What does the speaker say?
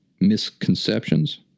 misconceptions